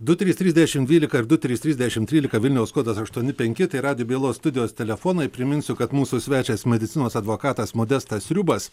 du trys trys dešim dvylika ir du trys trys dešim trylika vilniaus kodas aštuoni penki tai radijo bylos studijos telefonai priminsiu kad mūsų svečias medicinos advokatas modestas sriubas